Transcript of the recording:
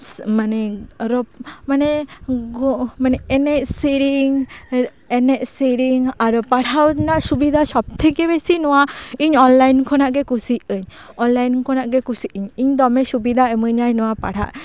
ᱢᱟᱱᱮ ᱨᱚᱯ ᱢᱟᱱᱮ ᱮᱱᱮᱡ ᱥᱮᱨᱮᱧ ᱮᱱᱮᱡ ᱥᱮᱨᱮᱧ ᱟᱨᱚ ᱯᱟᱲᱦᱟᱣ ᱨᱮᱱᱟᱜ ᱥᱩᱵᱤᱫᱷᱟ ᱥᱚᱵᱽ ᱛᱷᱮᱠᱮ ᱵᱮᱥᱤ ᱱᱚᱣᱟ ᱤᱧ ᱚᱱᱞᱟᱭᱤᱱ ᱠᱷᱚᱱᱟᱜ ᱜᱮ ᱠᱩᱥᱤᱭᱟᱜ ᱟᱹᱧ ᱚᱱᱞᱟᱭᱤᱱ ᱠᱷᱚᱱᱟᱜ ᱜᱮ ᱠᱩᱥᱤᱜ ᱤᱧ ᱤᱧ ᱫᱚᱢᱮ ᱥᱩᱵᱤᱫᱷᱟ ᱤᱢᱟᱹᱧᱟᱭ ᱱᱚᱣᱟ ᱯᱟᱲᱦᱟᱜ